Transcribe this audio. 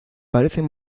parecen